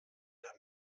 der